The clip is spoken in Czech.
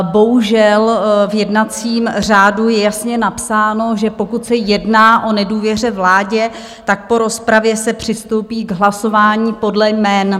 Bohužel v jednacím řádu je jasně napsáno, že pokud se jedná o nedůvěře vládě, tak po rozpravě se přistoupí k hlasování podle jmen.